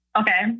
Okay